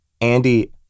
Andy